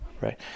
Right